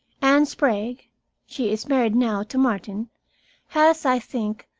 anne sprague she is married now to martin has, i think,